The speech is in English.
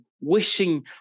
wishing